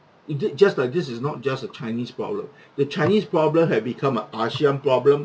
it did just like this is not just a chinese problem the chinese problem had become a ASEAN problem